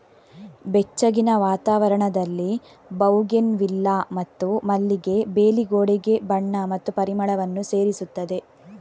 ಬೆಚ್ಚಗಿನ ವಾತಾವರಣದಲ್ಲಿ ಬೌಗೆನ್ವಿಲ್ಲಾ ಮತ್ತು ಮಲ್ಲಿಗೆ ಬೇಲಿ ಗೋಡೆಗೆ ಬಣ್ಣ ಮತ್ತು ಪರಿಮಳವನ್ನು ಸೇರಿಸುತ್ತದೆ